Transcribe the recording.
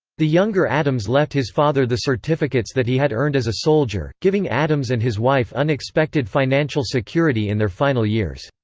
the younger adams left his father the certificates that he had earned as a soldier, giving adams and his wife unexpected financial security in their final years.